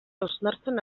hausnartzen